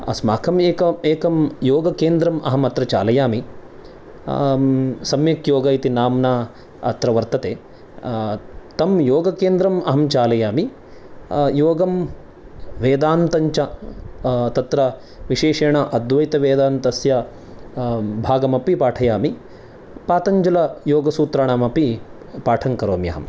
अस्माकम् एकं एकं योगकेन्द्रम् अहम् अत्र चालयामि सम्यक् योग इति नाम्ना अत्र वर्तते तं योगकेन्द्रम् अहं चालयामि योगं वेदान्तञ्च तत्र विशेषेन अद्वैतवेदान्तस्य भागमपि पाठयामि पातञ्जलयोगसूत्राणामपि पाठं करोमि अहम्